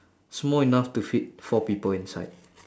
small enough to fit four people inside